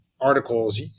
articles